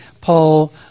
Paul